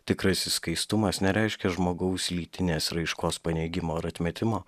tikrasis skaistumas nereiškia žmogaus lytinės raiškos paneigimo ar atmetimo